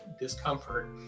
discomfort